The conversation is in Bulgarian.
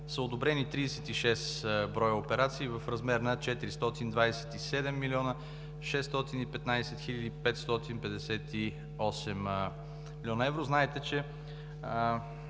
са одобрени 36 броя операции в размер на 427 млн. 615 хил. 558 млн. евро.